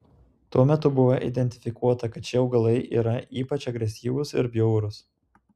tuo metu buvo identifikuota kad šie augalai yra ypač agresyvūs ir bjaurūs